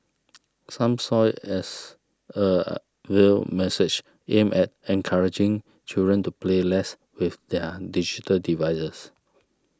some saw it as a veiled message aimed at encouraging children to play less with their digital devices